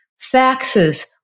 Faxes